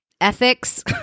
ethics